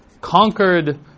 conquered